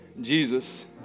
Jesus